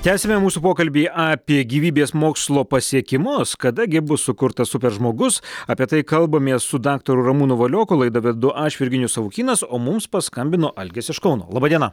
tęsiame mūsų pokalbį apie gyvybės mokslo pasiekimus kada gi bus sukurtas super žmogus apie tai kalbamės su daktaru ramūnu valioku laidą vedu aš virginijus savukynas o mums paskambino algis iš kauno laba diena